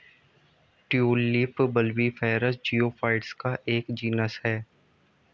tulip bulbiferous geophytes का एक genus है